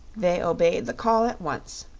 they obeyed the call at once,